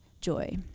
joy